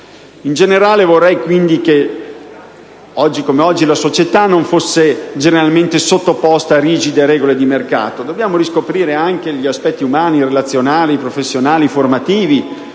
in generale, vorrei che la società non fosse complessivamente sottoposta a rigide regole di mercato: dobbiamo riscoprire anche gli aspetti umani, relazionali, professionali e formativi.